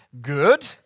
good